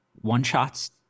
one-shots